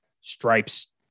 Stripes